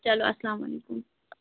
چلو اسلامُ علیکُم